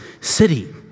city